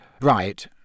right